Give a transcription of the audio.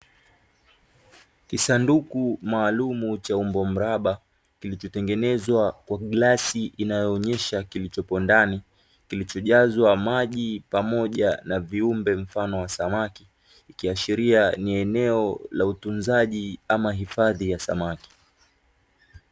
Kisanduku maalumu cha umbo mraba, kilichotengenezwa kwa glasi inayoonyesha kilichopo ndani, kilichojazwa maji pamoja na viumbe mfano wa samaki, ikiashiria ni eneo la utunzaji ama hifadhi ya samaki.